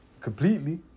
Completely